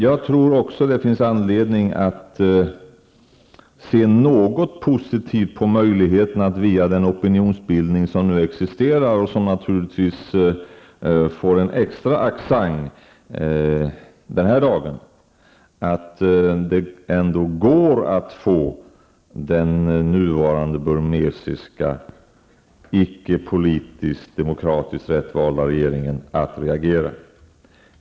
Jag tror också att det finns anledning att se något positivt på möjligheten att via den opinionsbildning som nu existerar och som naturligtvis denna dag får en extra accent få den nuvarande burmesiska, politiskt-demokratiskt icke rätt valda regeringen att reagera.